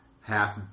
half